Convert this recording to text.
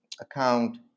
account